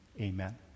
Amen